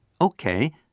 Okay